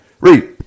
Read